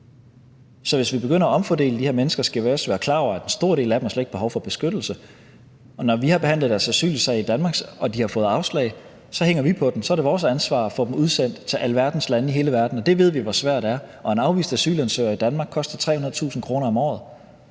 Så hvis vi begynder at omfordele de her mennesker, skal vi også være klar over, at en stor del af dem slet ikke har behov for beskyttelse, og når vi har behandlet deres asylsag i Danmark og de har fået afslag, så hænger vi på den. Så er det vores ansvar at få dem udsendt til alverdens lande i hele verden, og det ved vi hvor svært er. En afvist asylansøger i Danmark koster 300.000 kr. om året.